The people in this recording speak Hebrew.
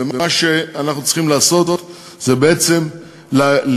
ומה שאנחנו צריכים לעשות זה בעצם ליצור